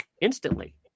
instantly